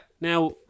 Now